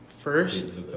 First